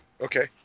Okay